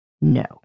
No